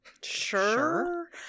sure